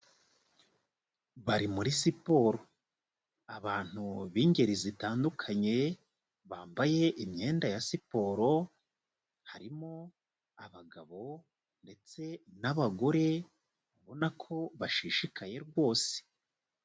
Bari muri siporo, abantu b'ingeri zitandukanye, bambaye imyenda ya siporo, harimo abagabo ndetse n'abagore, ubona ko bashishikaye rwose.